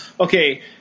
okay